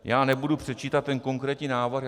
Já nebudu předčítat ten konkrétní návrh.